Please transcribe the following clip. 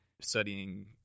studying